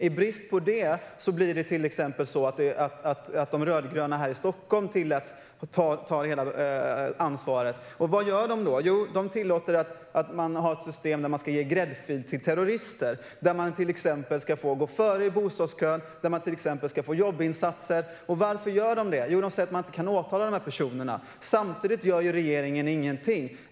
I brist på att regeringen gör någonting blir det till exempel så att de rödgröna här i Stockholm tillåts ta hela ansvaret. Vad gör de då? Jo, de tillåter ett system där man ska ge gräddfiler till terrorister. Dessa ska till exempel få gå före i bostadskön och få jobbinsatser. Varför gör de det? Jo, de säger att man inte kan åtala de här personerna. Samtidigt gör regeringen ingenting.